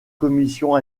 commission